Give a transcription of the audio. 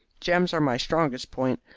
gems are my strongest point.